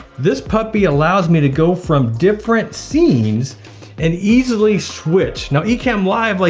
this puppy allows me to go from different scenes and easily switch. now ecamm live, like